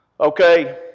Okay